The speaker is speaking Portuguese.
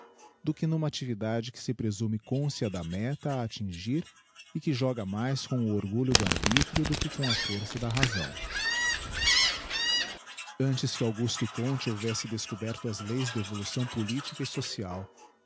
do que n'uma actividade que se presume cônscia da meta a attingir e que joga mais com o orgulho do arbitrio do que com a força da razão antes que augusto comte houvesse descoberto as leis da evolução politica e social